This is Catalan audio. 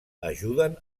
ajuden